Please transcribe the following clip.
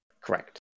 Correct